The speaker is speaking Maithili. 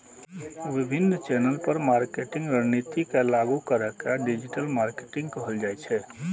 विभिन्न चैनल पर मार्केटिंग रणनीति के लागू करै के डिजिटल मार्केटिंग कहल जाइ छै